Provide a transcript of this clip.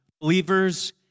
believers